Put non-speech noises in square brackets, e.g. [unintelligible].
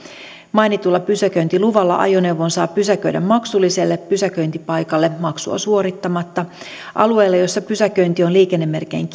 mainitulla pysäköintiluvalla ajoneuvon saa pysäköidä maksulliselle pysäköintipaikalle maksua suorittamatta alueelle jolla pysäköinti on liikennemerkein [unintelligible]